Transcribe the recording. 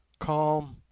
calm,